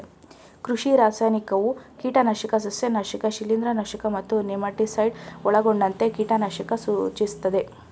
ಕೃಷಿ ರಾಸಾಯನಿಕವು ಕೀಟನಾಶಕ ಸಸ್ಯನಾಶಕ ಶಿಲೀಂಧ್ರನಾಶಕ ಮತ್ತು ನೆಮಟಿಸೈಡ್ ಒಳಗೊಂಡಂತೆ ಕೀಟನಾಶಕ ಸೂಚಿಸ್ತದೆ